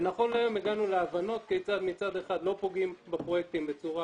נכון להיום הגענו להבנות כיצד מצד אחד לא פוגעים בפרויקטים בצורה